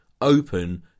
open